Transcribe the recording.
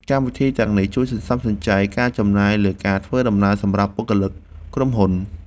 កម្មវិធីទាំងនេះជួយសន្សំសំចៃការចំណាយលើការធ្វើដំណើរសម្រាប់បុគ្គលិកក្រុមហ៊ុន។